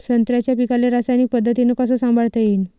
संत्र्याच्या पीकाले रासायनिक पद्धतीनं कस संभाळता येईन?